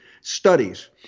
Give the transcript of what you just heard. studies